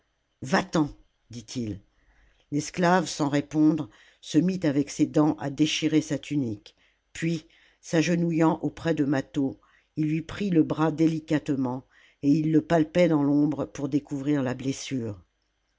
va-t'en dit-il l'esclave sans répondre se mit avec ses dents à déchirer sa tunique puis s agenouillant auprès de mâtho il lui prit le bras délicatement et il le palpait dans l'ombre pour découvrir la blessure